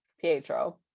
Pietro